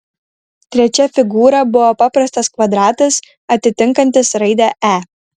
trečia figūra buvo paprastas kvadratas atitinkantis raidę e